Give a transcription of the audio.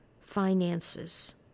finances